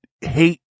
hate